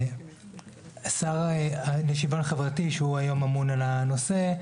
השר לשוויון חברתי, שהוא היום אמון על הנושא,